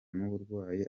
n’uburwayi